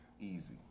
easy